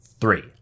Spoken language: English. three